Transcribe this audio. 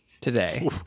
today